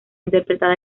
interpretada